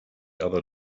other